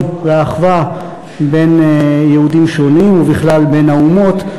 והאחווה בין יהודים שונים ובכלל בין האומות.